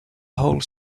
whole